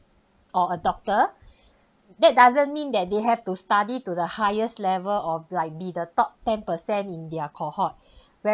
or a doctor that doesn't mean that they have to study to the highest level of like be the top ten per cent in their cohort where